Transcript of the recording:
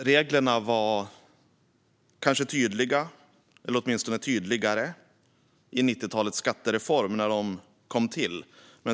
Reglerna var kanske tydliga, eller åtminstone tydligare, när de kom till i 90-talets skattereform.